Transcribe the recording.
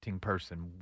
person